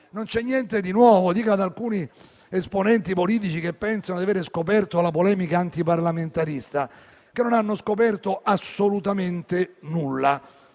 non c'è niente di nuovo. Ad alcuni esponenti politici che pensano di aver scoperto la polemica antiparlamentarista dico che non hanno scoperto assolutamente nulla.